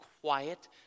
quiet